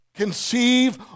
conceive